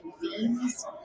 themes